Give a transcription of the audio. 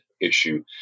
issue